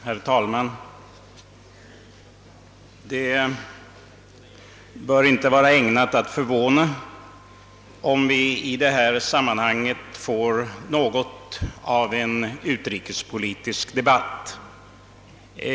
Herr talman! Det bör inte vara ägnat att förvåna om vi i detta sammanhang får något av en utrikespolitisk debatt.